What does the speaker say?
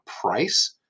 price